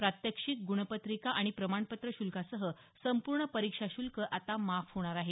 प्रात्यक्षिक ग्णपत्रिका आणि प्रमाणपत्र श्ल्कासह संपूर्ण परीक्षा शूल्क आता माफ होणार आहे